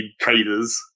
traders